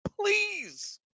Please